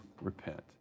repent